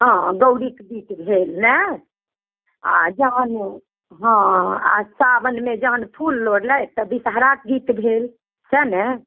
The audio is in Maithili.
हँ गौरीके गीत भेल ने आ जखन हँ आ सावनमे जखन फूल लोढ़लथि तऽ विषहाराके गीत भेल सएह ने